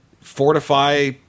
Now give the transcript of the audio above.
fortify